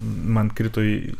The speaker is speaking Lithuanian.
man krito į